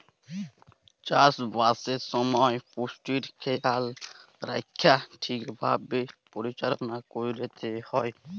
চাষবাসের সময় পুষ্টির খেয়াল রাইখ্যে ঠিকভাবে পরিচাললা ক্যইরতে হ্যয়